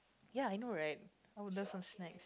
ya I know right I would love some snack